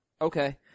Okay